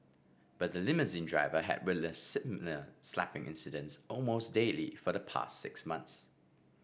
but the limousine driver had witnessed similar slapping incidents almost daily for the past six months